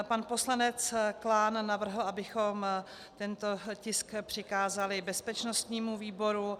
Pan poslanec Klán navrhl, abychom tento tisk přikázali bezpečnostnímu výboru.